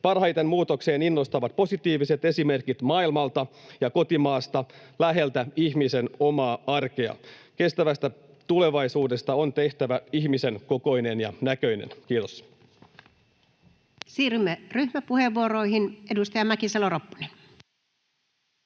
Parhaiten muutokseen innostavat positiiviset esimerkit maailmalta ja kotimaasta läheltä ihmisen omaa arkea. Kestävästä tulevaisuudesta on tehtävä ihmisen kokoinen ja näköinen. — Kiitos. [Speech 6] Speaker: Anu Vehviläinen